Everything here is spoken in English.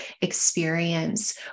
experience